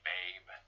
Babe